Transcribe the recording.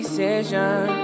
Decision